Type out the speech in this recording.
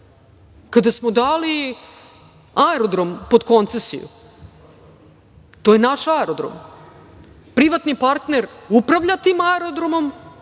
Kada smo dali aerodrom pod koncesiju, to je naš aerodrom. Privatni partner upravlja tim aerodromom